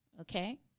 Okay